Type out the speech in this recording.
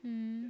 mm